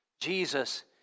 Jesus